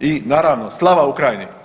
i naravno Slava Ukrajini!